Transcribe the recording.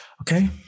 Okay